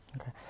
Okay